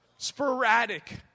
Sporadic